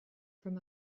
from